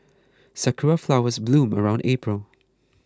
sakura flowers bloom around April